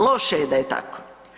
Loše je da je tako.